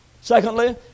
Secondly